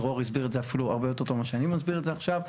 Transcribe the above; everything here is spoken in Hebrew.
דרור הסביר את זה אפילו הרבה יותר טוב ממה שאני מסביר את זה עכשיו.